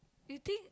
you think